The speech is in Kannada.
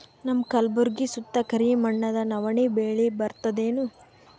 ನಮ್ಮ ಕಲ್ಬುರ್ಗಿ ಸುತ್ತ ಕರಿ ಮಣ್ಣದ ನವಣಿ ಬೇಳಿ ಬರ್ತದೇನು?